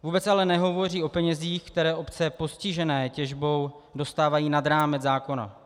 Vůbec ale nehovoří o penězích, které obce postižené těžbou dostávají nad rámec zákona.